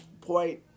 point